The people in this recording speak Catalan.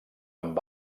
amb